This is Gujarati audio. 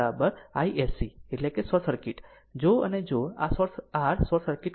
આમ iNorton isc એટલે કે શોર્ટ સર્કિટ જો અને જો આ r શોર્ટ સર્કિટ કરન્ટ છે